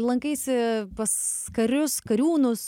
lankaisi pas karius kariūnus